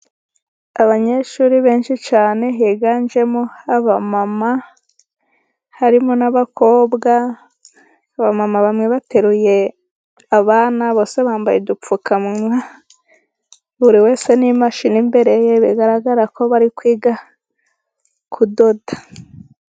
Abanyeshuri benshi cyane, higanjemo abamama, harimo n'abakobwa, abamama bamwe bateruye abana, bose bambaye udupfukawa, buri wese n'imashini imbere ye, bigaragara ko bari kwiga kudoda.